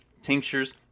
tinctures